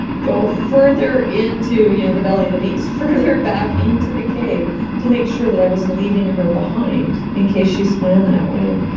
go further into you know the belly of the beast, further back into the cave to make sure that i wasn't leaving her behind, in case she swam that way.